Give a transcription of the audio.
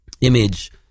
image